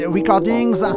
Recordings